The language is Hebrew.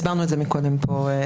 הסברנו את זה קודם פה.